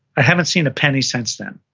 i haven't seen a penny since then.